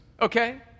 okay